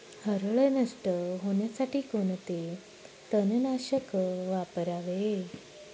हरळ नष्ट होण्यासाठी कोणते तणनाशक वापरावे?